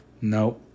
no